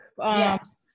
Yes